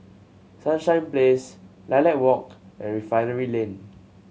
Sunshine Place Lilac Walk and Refinery Lane